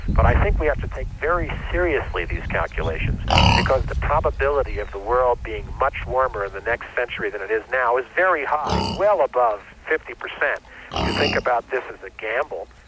but i think we have to take very seriously these calculations because the probability of the world being much warmer in the next century than it is now is very high, well above fifty percent. if you think about this as a gamble,